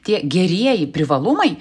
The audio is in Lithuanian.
tie gerieji privalumai